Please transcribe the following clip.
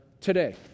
today